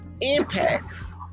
Impacts